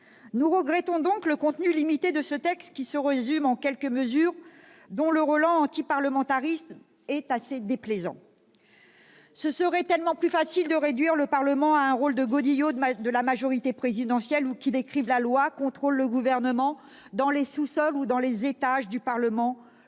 Nous regrettons donc le contenu limité de ce texte, qui se résume en quelques mesures dont le relent antiparlementariste est assez déplaisant. Ce serait tellement plus facile de réduire le Parlement à un rôle de godillot de la majorité présidentielle, ou de faire en sorte qu'il écrive la loi et contrôle le Gouvernement dans les sous-sols ou dans les greniers,